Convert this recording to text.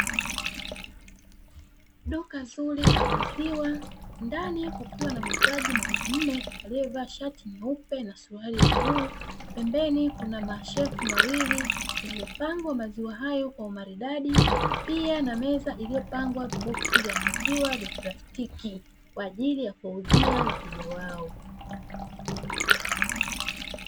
Duka zuri la maziwa; ndani kukiwa na muuzaji mwanamume aliyevaa shati jeupe na suruali ya bluu, pembeni kuna mashelfu mawili yaliyopangwa maziwa hayo kwa umaridai, pia na meza iliyopangwa viboksi vya maziwa vya plastiki, kwa ajili ya kuwauzia wateja wao.